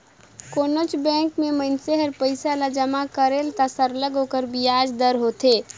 कोनोच बंेक में मइनसे हर पइसा ल जमा करेल त सरलग ओकर बियाज दर होथे